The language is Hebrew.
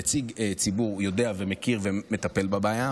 נציג ציבור יודע ומכיר ומטפל בבעיה.